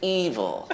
evil